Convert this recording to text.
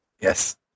Yes